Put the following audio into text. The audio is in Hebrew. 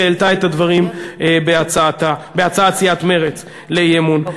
שהעלתה את הדברים בהצעת סיעת מרצ לאי-אמון.